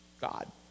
God